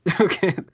Okay